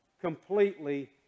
completely